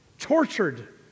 tortured